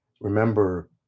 remember